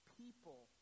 people